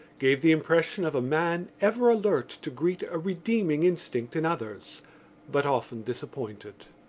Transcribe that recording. gave the impression of a man ever alert to greet a redeeming instinct in others but often disappointed.